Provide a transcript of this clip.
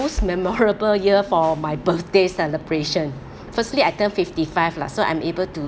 most memorable year for my birthday celebration firstly I turned fifty five lah so I'm able to